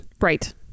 Right